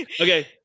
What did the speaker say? Okay